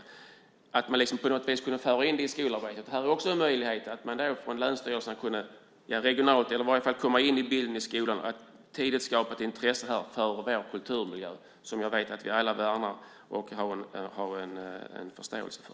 Det handlar om att på något sätt kunna föra in det i skolarbetet. Då kunde man regionalt komma in i skolan och tidigt skapa ett intresse för vår kulturmiljö, som jag vet att vi alla värnar och har en förståelse för.